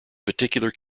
particular